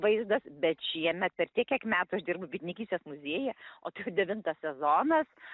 vaizdas bet šiemet per tiek kiek metų aš dirbu bitininkystės muziejuje o tai jau devintas sezonas